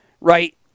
Right